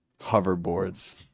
hoverboards